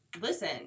listen